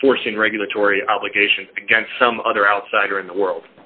and forcing regulatory obligations against some other outsider in the world